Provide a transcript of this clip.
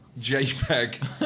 JPEG